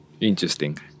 Interesting